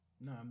No